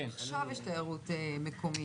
עכשיו יש תיירות מקומית,